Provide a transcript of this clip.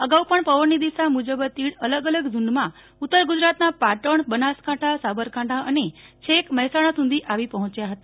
અગાઉ પણ પવનની દિશા મુજબ જ તીડ અલગ અલગ ઝુંડમાં ઉત્તર ગુજરાતના પાટણ બનાસકાંઠા સાબરકાંઠા અને છેક મહેસાણા સુધી આવી પહોંચ્યા હતા